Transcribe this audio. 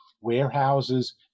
warehouses